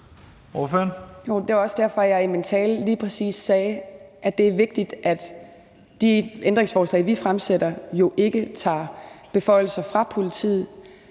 Det er også derfor, at jeg i min tale lige præcis sagde, at det er vigtigt, at de ændringsforslag, vi fremsætter, jo ikke tager beføjelser fra politiet.